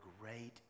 great